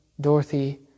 Dorothy